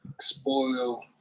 spoil